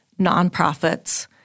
nonprofits